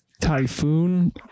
Typhoon